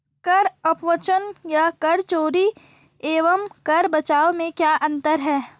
कर अपवंचन या कर चोरी एवं कर बचाव में क्या अंतर है?